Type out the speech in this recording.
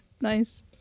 Nice